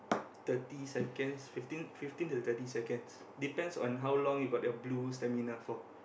thirty seconds fifteen fifteen to thirty seconds depends on how long you got your blue stamina for